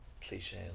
cliche